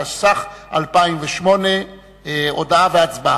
התשס"ח 2008. הודעה והצבעה.